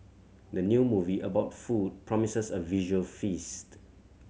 the new movie about food promises a visual feast